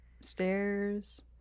stairs